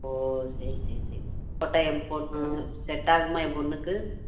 ஓ சரி சரி சரி என் பொண்ணு செட் ஆகுமா என் பொண்ணுக்கு